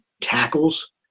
tackles